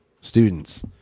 students